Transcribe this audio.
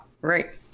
right